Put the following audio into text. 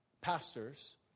pastors